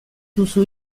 duzu